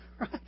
Right